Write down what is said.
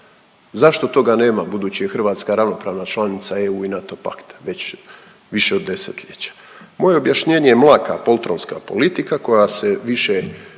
Zašto toga nema budući je Hrvatska ravnopravna članica EU i NATO pakta već više od desetljeća. Moje je objašnjenje mlaka poltronska politika koja se više